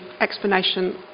explanation